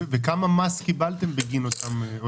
וכמה מס קיבלתם בגין הטובין.